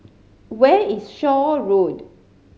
where is Shaw Road